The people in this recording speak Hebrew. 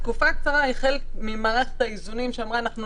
התקופה הקצרה היא חלק ממערכת האיזונים שאמרה: אנחנו